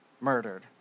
murdered